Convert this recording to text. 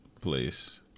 place